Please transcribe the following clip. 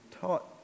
Taught